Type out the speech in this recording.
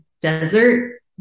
desert